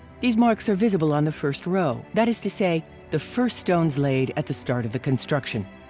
these marks are visible on the first row, that is to say, the first stones laid at the start of the construction.